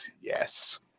Yes